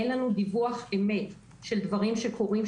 אין לנו דיווח אמת של דברים שקורים,